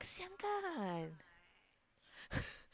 kesian kan